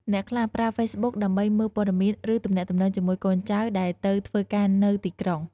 អ្នកខ្លះប្រើ ហ្វេសប៊ុក ដើម្បីមើលព័ត៌មាន ឬទំនាក់ទំនងជាមួយកូនចៅដែលទៅធ្វើការនៅទីក្រុង។